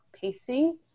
pacing